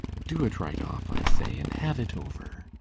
do it right off, i say, and have it over.